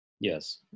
Yes